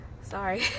Sorry